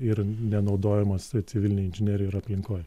ir nenaudojamos civilinėj inžinerijoj ir aplinkoj